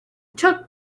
took